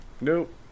Nope